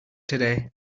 today